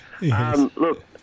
Look